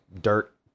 dirt